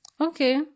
Okay